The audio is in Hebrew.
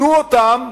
תנו אותם